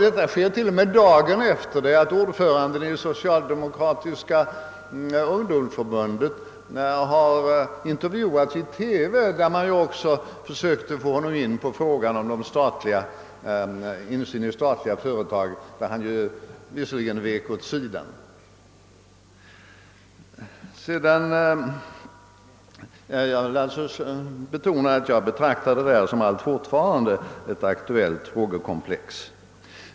Detta sker t.o.m. dagen efter det att ordföranden i Socialdemokratiska ungdomsförbundet blivit intervjuad i TV, varvid man försökte få honom att gå in på frågan om insynen i de statliga företagen, vilket han dock undvek att göra. Jag vill betona att jag alltfort betraktar detta som ett aktuellt frågekomplex.